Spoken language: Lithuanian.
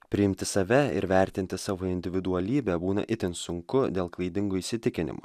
priimti save ir vertinti savo individualybę būna itin sunku dėl klaidingų įsitikinimų